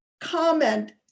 comment